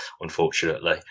unfortunately